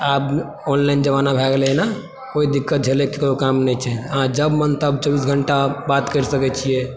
तऽ आब ऑनलाइन जमाना भए गेलय न कोइ दिक्कत झेलयके ककरो कोनो काम नहि छै अहाँ जब मन तब चौबीस घण्टा बात करि सकय छियै